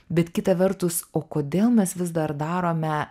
bet kita vertus o kodėl mes vis dar darome